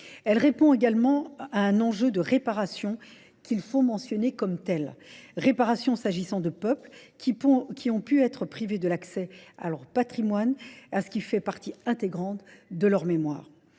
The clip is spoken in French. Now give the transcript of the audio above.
Elle répond également à un enjeu de réparation qu'il faut mentionner comme tel. Réparation s'agissant de peuples qui ont pu être privés de l'accès à leur patrimoine et à ce qui fait partie intégrante de leur mémoire.